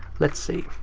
let's see.